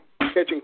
catching